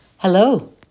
Hello